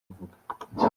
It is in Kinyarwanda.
kuvuga